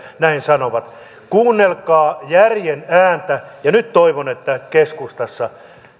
näin sanovat kuunnelkaa järjen ääntä ja nyt toivon että keskustassa